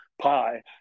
pie